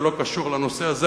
זה לא קשור לנושא הזה,